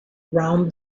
round